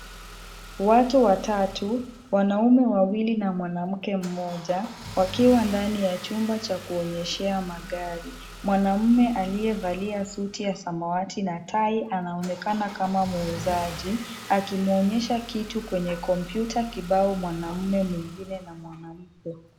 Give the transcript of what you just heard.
Watu watatu, wanaume wawili na mwanamke mmoja, wakiwa ndani ya chumba cha kuonyesha magari. Mwanaume aliyevalia suti ya samawati na tai anaonekana kama muuzaji, akimwonyesha kitu kwenye kompyuta, kibao mwanaume mwingine na mwanamke.